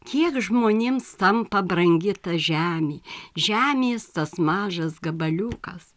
kiek žmonėms tampa brangi ta žemė žemės tas mažas gabaliukas